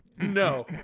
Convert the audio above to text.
no